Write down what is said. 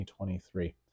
2023